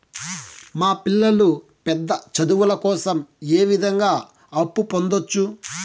మా పిల్లలు పెద్ద చదువులు కోసం ఏ విధంగా అప్పు పొందొచ్చు?